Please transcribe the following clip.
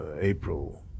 April